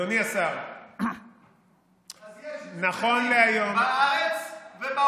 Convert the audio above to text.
אדוני השר, נכון, אז יש לזה תקדים בארץ ובעולם.